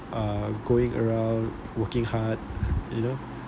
uh going around working hard you know